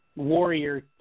warrior